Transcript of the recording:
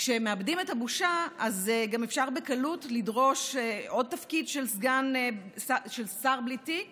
כשמאבדים את הבושה אפשר בקלות לדרוש עוד תפקיד של שר בלי תיק